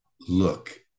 look